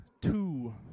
two